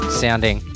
sounding